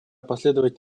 последовать